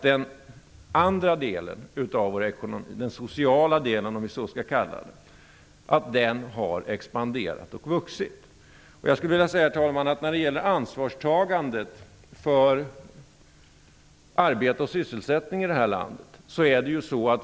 Den andra delen av vår ekonomi -- den sociala delen, om vi så skall kalla den -- har expanderat och vuxit. Herr talman! Det gäller ansvarstagandet för arbete och sysselsättning i detta land.